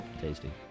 Tasty